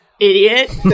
idiot